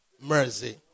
Mercy